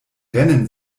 rennen